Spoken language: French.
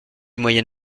moyen